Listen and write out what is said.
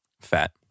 fat